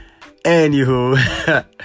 Anywho